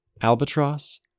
albatross